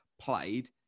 played